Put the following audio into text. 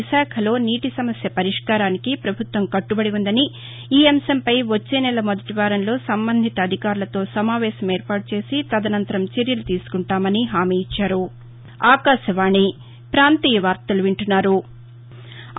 విశాఖలో నీటి సమస్య పరిష్కారానికి ప్రభుత్వం కట్టబడి ఉందని ఈ అంశంపై వచ్చేనెల మొదటి వారంలో సంబంధిత అధికారులతో సమావేశం ఏర్పాటు చేసి తదనంతరం చర్యలు తీసుకుంటామని మంతి చెప్పారు